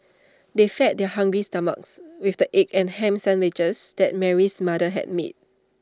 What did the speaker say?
they fed their hungry stomachs with the egg and Ham Sandwiches that Mary's mother had made